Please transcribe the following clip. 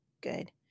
good